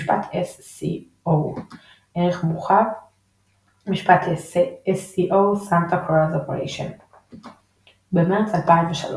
משפט SCO ערך מורחב – Santa Cruz Operation#משפט SCO במרץ 2003,